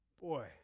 boy